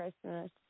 Christmas